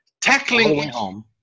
tackling